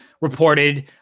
reported